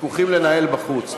ויכוחים לנהל בחוץ.